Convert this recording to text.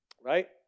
right